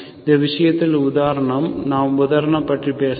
இந்த விஷயத்தில் உதாரணம் நாம் உதாரணம் பற்றி பேசவில்லை